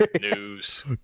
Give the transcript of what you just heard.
News